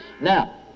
now